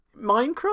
Minecraft